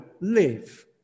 live